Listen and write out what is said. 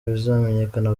bizamenyekana